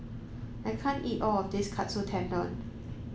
I can't eat all of this Katsu Tendon